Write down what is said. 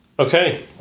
Okay